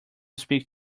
speak